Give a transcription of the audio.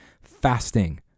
Fasting